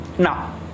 Now